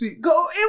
go